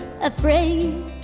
afraid